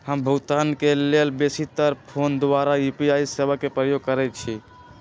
हम भुगतान के लेल बेशी तर् फोन द्वारा यू.पी.आई सेवा के प्रयोग करैछि